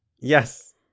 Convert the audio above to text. Yes